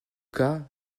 cas